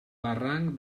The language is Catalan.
barranc